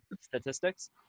statistics